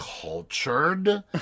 cultured